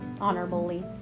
Honorably